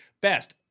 Best